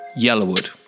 Yellowwood